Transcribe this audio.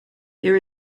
there